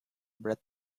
breath